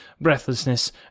breathlessness